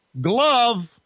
glove